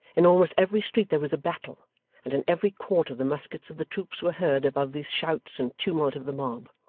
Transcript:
in almost every street, there was a battle and in every quarter the muskets of the troops were heard above the shouts and tumult of the mob.